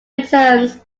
returns